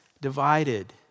divided